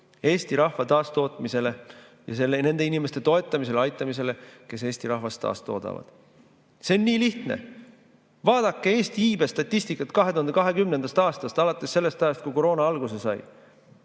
eesti rahva taastootmisele ja nende inimeste toetamisele-aitamisele, kes eesti rahvast taastoodavad. See on nii lihtne! Vaadake Eesti iibe statistikat 2020. aastast, alates sellest ajast, kui koroona alguse sai.